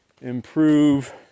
improve